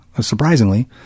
surprisingly